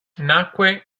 nacque